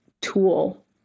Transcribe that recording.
tool